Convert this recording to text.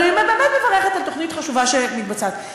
אבל אני באמת מברכת על תוכנית חשובה שמתבצעת.